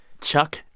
Chuck